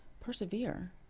persevere